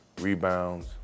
rebounds